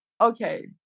okay